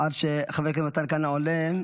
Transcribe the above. עד שחבר הכנסת מתן כהנא עולה,